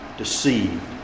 deceived